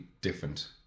different